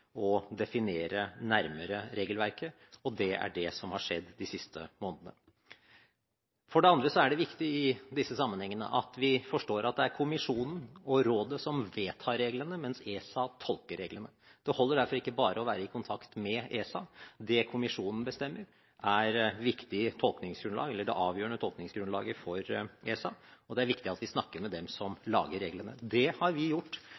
definere nærmere regelverket, og det er det som har skjedd de siste månedene. For det andre er det viktig i disse sammenhengene at vi forstår at det er kommisjonen og Rådet som vedtar reglene, mens ESA tolker reglene. Det holder derfor ikke bare å være i kontakt med ESA. Det som kommisjonen bestemmer, er det avgjørende tolkningsgrunnlaget for ESA, og det er viktig at vi snakker med dem som lager reglene. Det har vi gjort,